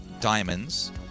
Diamonds